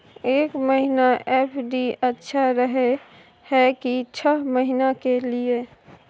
एक महीना एफ.डी अच्छा रहय हय की छः महीना के लिए?